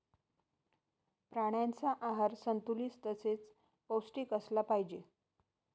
प्राण्यांचा आहार संतुलित तसेच पौष्टिक असला पाहिजे